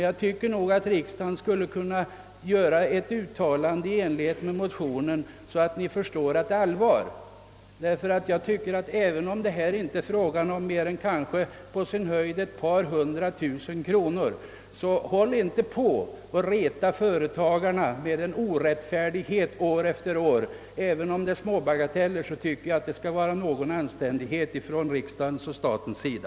Jag tycker dock att riksdagen skulle kunna göra ett uttalande i enlighet med motionens syfte, så att kommunikationsministern förstår att vi menar allvar. Även om denna fråga inte gäller mer än kanske på sin höjd ett par hundratusen kronor vill jag uppmana kommunikationsministern att inte år efter år fortsätta att reta företagarna med en orättfärdig bestämmelse. även om det bara gäller en bagatellfråga, tycker jag att någon anständighet skall visas från riksdagens och statens sida.